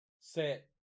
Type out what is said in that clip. set